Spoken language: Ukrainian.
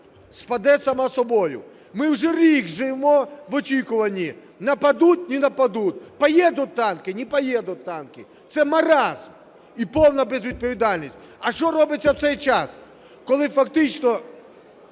спаде сама собою. Ми вже рік живемо в очікуванні: нападуть – не нападуть, поедут танки – не поедут танки. Це маразм і повна безвідповідальність! А що робиться в цей час, коли фактично